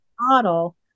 model